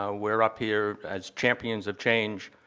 ah we're up here as champions of change.